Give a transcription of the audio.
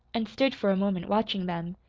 and stood for a moment watching them.